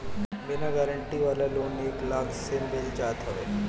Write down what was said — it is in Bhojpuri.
बिना गारंटी वाला लोन एक लाख ले मिल जात हवे